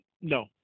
No